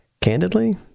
Candidly